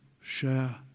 share